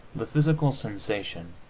the physical sensation,